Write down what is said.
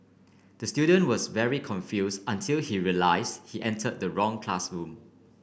the student was very confuse until he realise he entered the wrong classroom